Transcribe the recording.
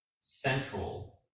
central